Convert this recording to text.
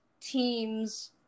teams